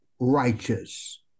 righteous